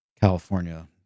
California